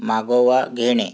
मागोवा घेणे